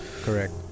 correct